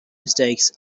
mistakes